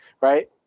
right